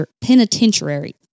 penitentiary